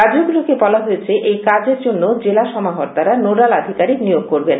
রাজ্যগুলিকে বলা হয়েছে এই কাজের জন্য জেলা সমাহর্তারা নোডাল আধিকারিক নিয়োগ করবেন